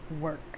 work